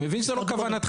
אני מבין שזו לא כוונתכם.